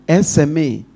SMA